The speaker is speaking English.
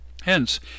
Hence